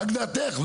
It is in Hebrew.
רק דעתך?